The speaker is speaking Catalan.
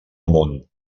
amunt